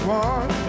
one